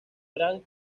gran